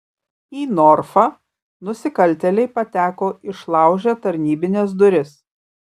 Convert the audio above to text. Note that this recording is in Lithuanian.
į norfą nusikaltėliai pateko išlaužę tarnybines duris